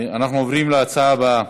אנחנו עוברים להצעה הבאה,